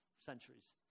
centuries